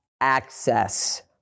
access